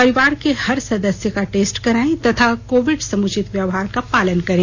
परिवार के हर सदस्य का टेस्ट करायें तथा कोविड समुचित व्यवहार का पालन करें